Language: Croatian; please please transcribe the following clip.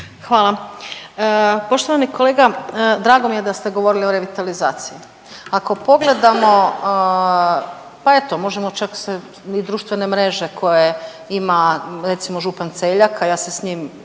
Hvala. Poštovani kolega drago mi je da ste govorili o revitalizaciji. Ako pogledamo pa eto možemo čak se i društvene mreže koje ima recimo župan Celjak, a ja se s njim